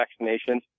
vaccinations